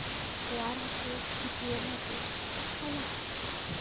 ᱵᱳᱣᱟᱲ ᱦᱟᱹᱠᱩ ᱡᱤᱭᱟᱹᱞ ᱦᱟᱹᱠᱩ ᱟᱭᱢᱟ